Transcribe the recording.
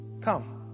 come